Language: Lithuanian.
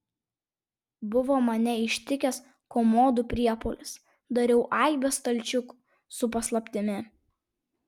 buvo mane ištikęs komodų priepuolis dariau aibę stalčiukų su paslaptimi